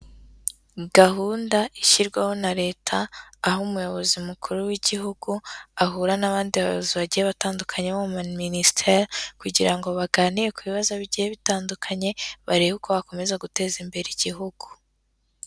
Gahunda ishyirwaho na leta, aho umuyobozi mukuru w'igihugu, ahura n'abandi bayobozi ba batandukanye bo mu maminisisteri kugira ngo baganire ku bibazo bigiye bitandukanye, barebe uko bakomeza guteza imbere igihugu.